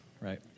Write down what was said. Right